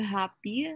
happy